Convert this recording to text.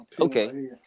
okay